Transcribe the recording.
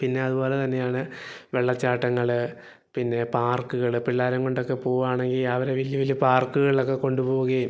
പിന്നെ അതുപോലെ തന്നെയാണ് വെള്ളച്ചാട്ടങ്ങള് പിന്നെ പാർക്കുകള് പിള്ളാരെയും കൊണ്ടൊക്കെ പോവാണെങ്കില് അവരെ വലിയ വലിയ പാർക്കുകളിലൊക്കെ കൊണ്ടു പോവുകയും